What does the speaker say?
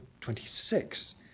26